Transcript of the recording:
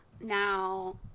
Now